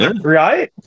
Right